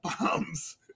bombs